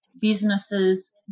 businesses